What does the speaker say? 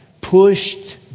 pushed